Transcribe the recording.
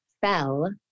fell